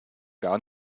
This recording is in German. gar